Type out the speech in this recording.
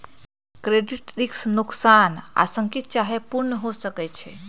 credit risk नोकसान आंशिक चाहे पूर्ण हो सकइ छै